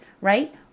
right